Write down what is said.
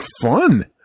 Fun